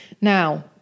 Now